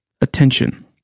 attention